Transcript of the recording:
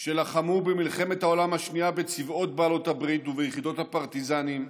שלחמו במלחמת העולם השנייה בצבאות בעלות הברית וביחידות הפרטיזנים,